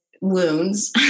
wounds